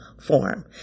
form